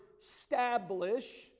establish